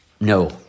No